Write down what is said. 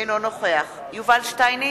אינו נוכח יובל שטייניץ,